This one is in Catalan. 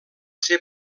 ser